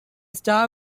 star